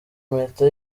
impeta